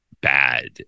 bad